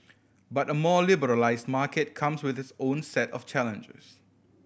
but a more liberalised market comes with its own set of challenges